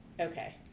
Okay